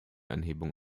anhebung